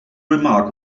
remark